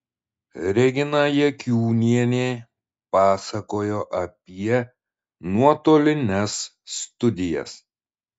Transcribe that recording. regina jakiūnienė pasakojo apie nuotolines studijas